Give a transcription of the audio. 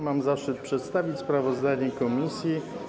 Mam zaszczyt przedstawić sprawozdanie komisji.